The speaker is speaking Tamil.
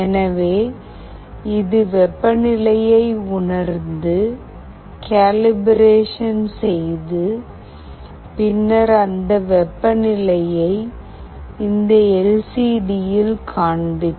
எனவே இது வெப்பநிலையை உணர்ந்து கேலிப்ரேஷன் செய்து பின்னர் வெப்பநிலையை இந்த எல் சி டி யில் காண்பிக்கும்